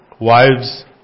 Wives